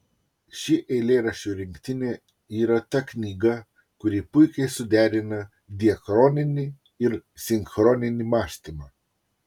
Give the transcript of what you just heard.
ši eilėraščių rinktinė yra ta knyga kuri puikiai suderina diachroninį ir sinchroninį mąstymą